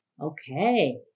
Okay